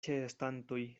ĉeestantoj